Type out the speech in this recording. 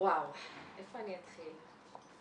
איפה אני אתחיל?